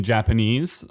Japanese